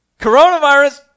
coronavirus